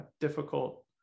difficult